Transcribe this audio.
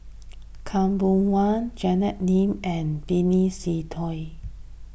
Khaw Boon Wan Janet Lim and Benny Se Teo